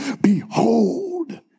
Behold